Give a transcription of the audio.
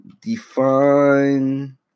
Define